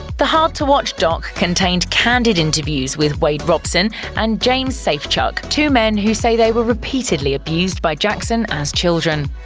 the hard-to-watch doc contains candid interviews with wade robson and james safechuck, two men who say they were repeatedly abused by jackson as children.